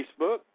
Facebook